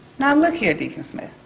now look here, deacon smith,